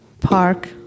Park